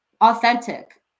authentic